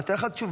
נתן לך תשובה.